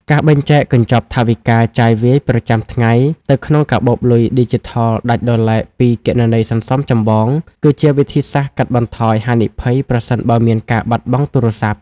ការបែងចែកកញ្ចប់ថវិកាចាយវាយប្រចាំថ្ងៃទៅក្នុងកាបូបលុយឌីជីថលដាច់ដោយឡែកពីគណនីសន្សំចម្បង គឺជាវិធីសាស្ត្រកាត់បន្ថយហានិភ័យប្រសិនបើមានការបាត់បង់ទូរស័ព្ទ។